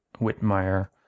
Whitmire